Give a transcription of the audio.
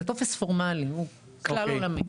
זה טופס פורמאלי, הוא כלל עולמי.